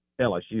LSU